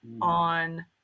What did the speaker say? on